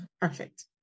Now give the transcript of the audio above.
perfect